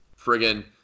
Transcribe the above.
friggin